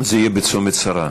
זה יהיה בצומת שרה,